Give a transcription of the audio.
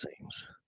seems